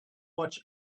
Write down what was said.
watch